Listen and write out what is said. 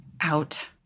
out